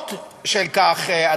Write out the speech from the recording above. והמשמעות של כך,